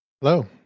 Hello